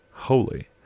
holy